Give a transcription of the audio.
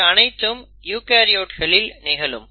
இது அனைத்தும் யூகரியோட்ஸ்களில் நிகழும்